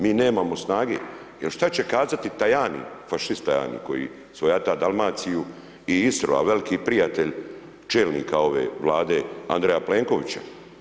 Mi nemamo snage jer šta će kazati Tajani, fašist Tajani koji svojata Dalmaciju i Istu, a velki prijatelj čelnika ove Vlade Andreja Plenkovića.